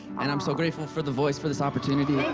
and i'm so grateful for the voice for this opportunity.